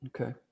Okay